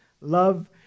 love